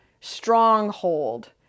stronghold